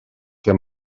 que